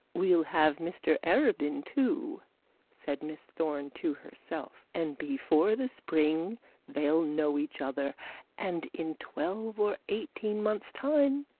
we'll have mr arabin too said miss thorne to herself and before the spring they'll know each other and in twelve or eighteen months' time,